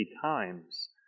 times